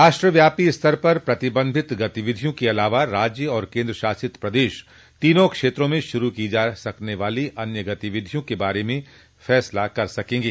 राष्ट्रव्यापी स्तर पर प्रतिबंधित गतिविधियों के अलावा राज्य और केंद्र शासित प्रदेश तीनों क्षेत्रों में शुरू की जा सकने वाली अन्य गतिविधियों के बारे में फैसला कर सकेंगे